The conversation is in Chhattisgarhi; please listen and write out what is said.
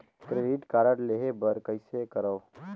क्रेडिट कारड लेहे बर कइसे करव?